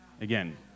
Again